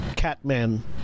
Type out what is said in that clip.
Catman